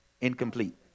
incomplete